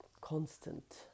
constant